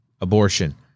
abortion